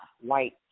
White